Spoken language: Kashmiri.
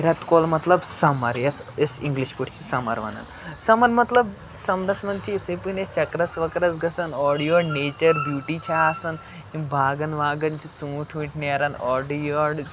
رٮ۪تہٕ کول مطلب سَمَر یَتھ أسۍ اِنٛگلِش پٲٹھۍ چھِ سَمَر وَنان سَمَر مطلب سَمرَس منٛز چھِ یِتھُے کُنہِ أسۍ چَکرَس وَکرَس گژھان اورٕ یورٕ نیچَر بیوٗٹی چھِ آسان یِم باغَن واغَن چھِ ژوٗنٛٹھۍ ووٗنٛٹھۍ نیران اورٕ یورٕ